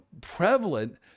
prevalent